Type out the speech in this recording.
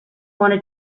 wanted